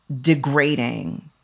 degrading